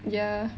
ya